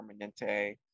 Permanente